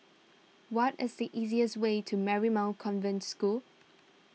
what is the easiest way to Marymount Convent School